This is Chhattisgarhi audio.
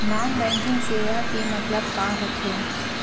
नॉन बैंकिंग सेवा के मतलब का होथे?